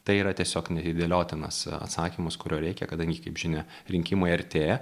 tai yra tiesiog neatidėliotinas atsakymas kurio reikia kadangi kaip žinia rinkimai artėja